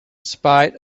spite